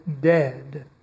dead